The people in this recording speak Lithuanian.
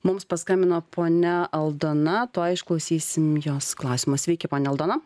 mums paskambino ponia aldona tuoj išklausysim jos klausimo sveiki ponia aldona